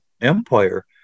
empire